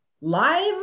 live